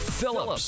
Phillips